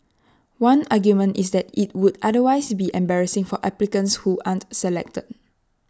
one argument is that IT would otherwise be embarrassing for applicants who aren't selected